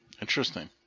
Interesting